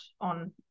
on